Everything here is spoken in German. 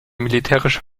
militärische